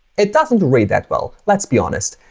it doesn't read that well. let's be honest.